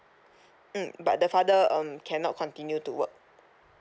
mm but the father um cannot continue to work